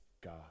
God